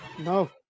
No